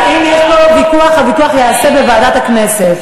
אם יש פה ויכוח, הוויכוח ייעשה בוועדת הכנסת.